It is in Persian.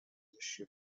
پزشکی